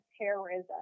terrorism